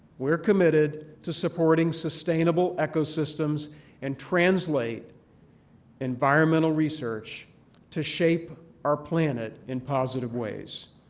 we are committed to supporting sustainable ecosystems and translate environmental research to shape our planet in positive ways.